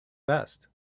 vest